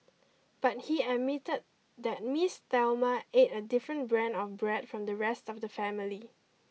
but he admitted that Miss Thelma ate a different brand of bread from the rest of the family